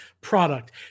product